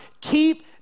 keep